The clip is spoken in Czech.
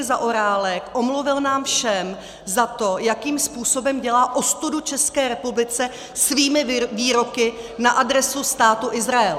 Zaorálek omluvil nám všem za to, jakým způsobem dělá ostudu České republice svými výroky na adresu Státu Izrael.